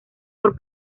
por